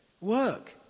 work